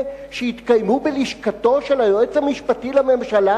שהתקיימו בלשכתו של היועץ המשפטי לממשלה,